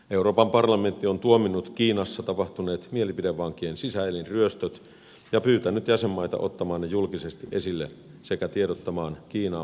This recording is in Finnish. euroopan parlamentti on tuominnut kiinassa tapahtuneet mielipidevankien sisäelinryöstöt ja pyytänyt jäsenmaita ottamaan ne julkisesti esille sekä tiedottamaan niistä kiinaan matkustaville kansalaisilleen